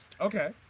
Okay